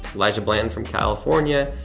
elijah blanton from california.